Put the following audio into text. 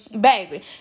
Baby